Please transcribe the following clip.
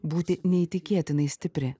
būti neįtikėtinai stipri